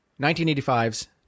1985's